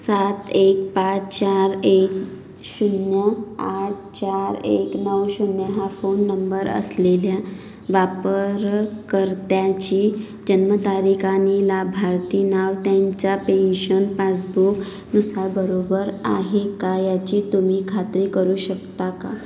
सात एक पाच चार एक शून्य आठ चार एक नऊ शून्य हा फोन नंबर असलेल्या वापरकर्त्यांची जन्मतारीख आणि लाभार्थी नाव त्यांच्या पेन्शन पासबुक नुसार बरोबर आहे का याची तुम्ही खात्री करू शकता का